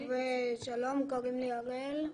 שלום, קוראים לי הראל,